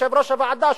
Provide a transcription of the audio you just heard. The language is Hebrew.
יושב-ראש הוועדה,